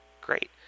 Great